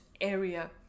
area